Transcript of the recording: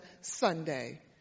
Sunday